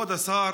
כבוד השר,